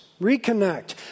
Reconnect